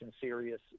serious